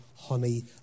honey